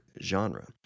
genre